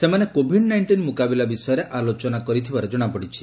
ସେମାନେ Covid nineteen ମୁକାବିଲା ବିଷୟରେ ଆଲୋଚନା କରିଥିବାର ଜଣାପଡ଼ିଛି